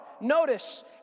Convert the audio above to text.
notice